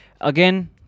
Again